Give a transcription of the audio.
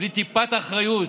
ובלי טיפת אחריות,